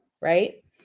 right